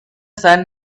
sun